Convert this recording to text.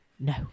no